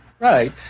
Right